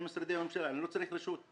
משרדי הממשלה ואני לא צריך את הרשות.